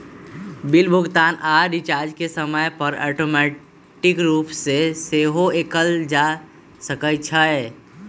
bill भुगतान आऽ recharge के समय पर ऑटोमेटिक रूप से सेहो कएल जा सकै छइ